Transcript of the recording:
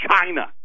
China